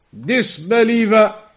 disbeliever